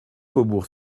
faubourg